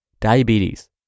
Diabetes